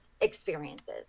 experiences